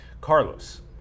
Carlos